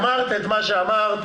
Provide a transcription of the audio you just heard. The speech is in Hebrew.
אמרת את מה שאמרת.